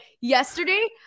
yesterday